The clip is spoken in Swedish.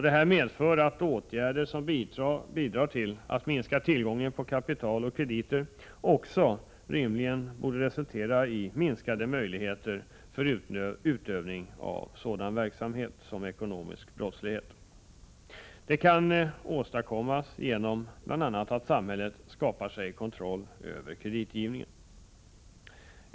Detta medför att åtgärder som bidrar till att minska tillgången på kapital och krediter rimligen också resulterar i minskade möjligheter för utövning av ekonomisk brottslighet. Detta kan åstadkommas bl.a. genom att samhället skaffar sig kontroll över kreditgivningen.